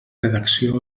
redacció